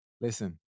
Listen